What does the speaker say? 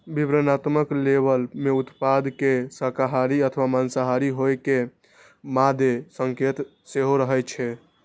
विवरणात्मक लेबल मे उत्पाद के शाकाहारी अथवा मांसाहारी होइ के मादे संकेत सेहो रहै छै